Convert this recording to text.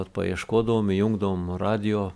vat paieškodavom įjungdavom radijo